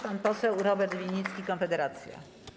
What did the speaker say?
Pan poseł Robert Winnicki, Konfederacja.